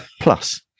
Plus